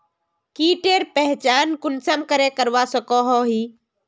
कीटेर पहचान कुंसम करे करवा सको ही?